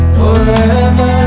forever